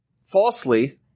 falsely